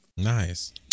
Nice